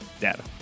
Data